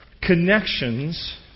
connections